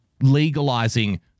legalizing